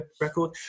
record